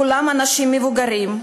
כולם אנשים מבוגרים,